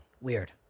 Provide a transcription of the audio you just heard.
weird